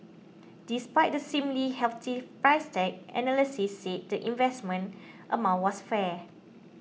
despite the seemingly hefty price tag analysts said the investment amount was fair